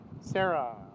sarah